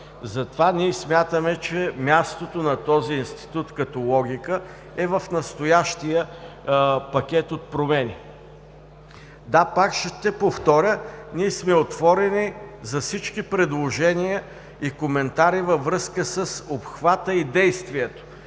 Затова ние смятаме, че мястото на този институт като логика е в настоящия пакет от промени. Да, пак ще повторя, ние сме отворени за всички предложения и коментари във връзка с обхвата и действието